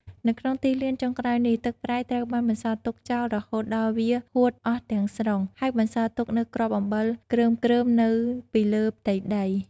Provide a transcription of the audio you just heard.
នៅក្នុងទីលានចុងក្រោយនេះ ទឹកប្រៃត្រូវបានបន្សល់ទុកចោលរហូតដល់វាហួតអស់ទាំងស្រុង ហើយបន្សល់ទុកនូវគ្រាប់អំបិលគ្រើមៗនៅពីលើផ្ទៃដី។